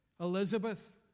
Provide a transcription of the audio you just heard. Elizabeth